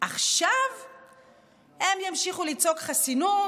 עכשיו הם ימשיכו לצעוק "חסינות",